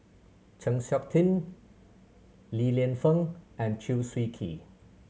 Chng Seok Tin Li Lienfung and Chew Swee Kee